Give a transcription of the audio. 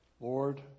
Lord